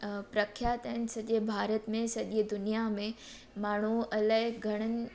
प्रख्यात आहिनि सॼे भारत में सॼीअ दुनिया में माण्हू अलाए घणनि